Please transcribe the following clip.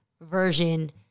version